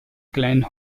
glenn